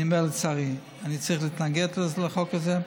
אני אומר לצערי, אני צריך להתנגד לחוק הזה,